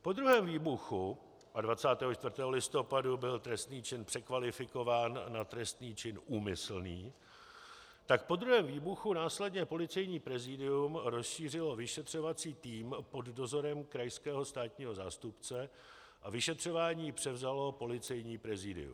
Po druhém výbuchu a 24. listopadu byl trestný čin překvalifikován na trestný čin úmyslný tak po druhém výbuchu následně Policejní prezidium rozšířilo vyšetřovací tým pod dozorem krajského státního zástupce a vyšetřování převzalo Policejní prezidium.